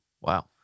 Wow